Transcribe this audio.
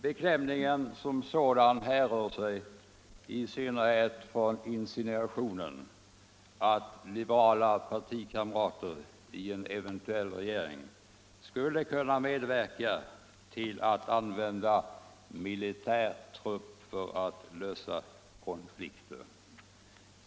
Beklämningen härrör i synnerhet från insinuationen att liberaler i eventuell regeringsställning skulle kunna medverka till att militär trupp användes för att lösa konflikter.